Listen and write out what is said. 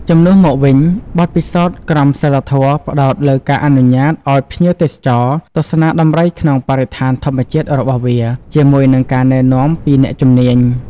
ជំនួសមកវិញ បទពិសោធន៍ក្រមសីលធម៌ផ្តោតលើការអនុញ្ញាតឲ្យភ្ញៀវទេសចរ ទស្សនាដំរីក្នុងបរិស្ថានធម្មជាតិរបស់វា ជាមួយនឹងការណែនាំពីអ្នកជំនាញ។